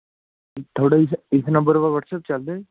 ਤੁਹਾਡਾ ਇਸ ਇਸ ਨੰਬਰ ਉੱਪਰ ਵਟਸਐਪ ਚੱਲਦਾ ਹੈ